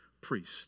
priest